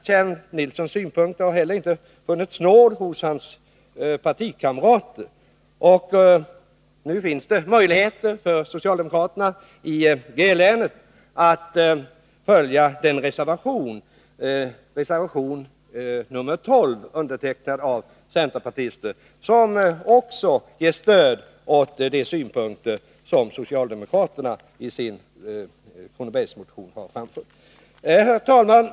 Kjell Nilssons synpunkter har inte funnit nåd hos de egna partikamraterna, men nu finns det möjligheter för socialdemokraterna i länet att följa reservation 12, undertecknad av centerpartister, som innebär stöd åt de synpunkter som socialdemokraterna har framfört i sin Kronobergsmotion. Herr talman!